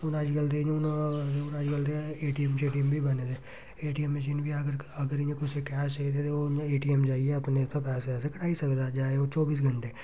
हून अज्जकल दे इयां हून अज्जकल अज्जकल ते ऐ ए टी एम से टी एम बी बने दे ए टी एम मशीन बी अगर अगर इ'यां कुसैगी कैश चाहि्दे ओह् इ'यां ए टी एम जाइयै उत्थै पैसे कढाई सकदे ऐ जाए ओह् चौबीस घैंटे